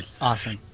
Awesome